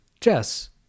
Jess